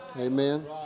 Amen